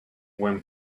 when